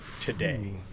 today